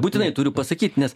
būtinai turiu pasakyti nes